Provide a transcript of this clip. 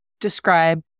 describe